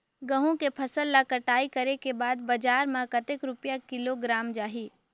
गंहू के फसल ला कटाई करे के बाद बजार मा कतेक रुपिया किलोग्राम जाही?